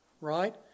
Right